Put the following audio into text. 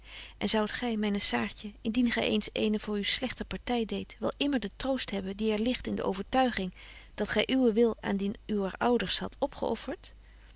en zoudt gy myne saartje indien gy eens eene voor u slegte party deedt wel immer den troost hebben die er ligt in de betje wolff en aagje deken historie van mejuffrouw sara burgerhart overtuiging dat gy uwen wil aan dien uwer ouders hadt opgeoffert